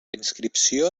inscripció